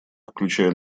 включая